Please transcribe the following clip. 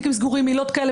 תיקים סגורים עילות כאלה,